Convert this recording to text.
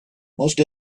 most